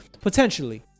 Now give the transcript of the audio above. potentially